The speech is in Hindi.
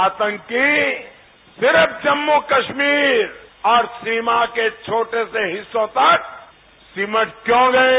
आतंकी सिर्फ जम्मू कश्मीर और सीमा के छोटे से हिस्सों तक सिमट क्यों गये